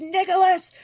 Nicholas